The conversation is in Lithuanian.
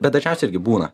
bet dažniausiai irgi būna